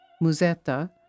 Musetta